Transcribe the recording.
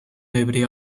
nobody